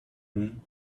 room